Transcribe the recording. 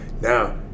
now